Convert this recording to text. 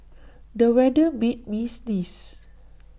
the weather made me sneeze